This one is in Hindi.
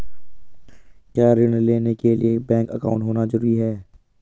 क्या ऋण लेने के लिए बैंक अकाउंट होना ज़रूरी है?